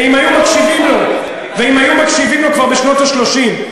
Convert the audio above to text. ואם היו מקשיבים לו כבר בשנות ה-30,